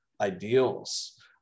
ideals